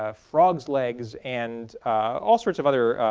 ah frogs legs and all sorts of other